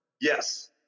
Yes